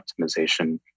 optimization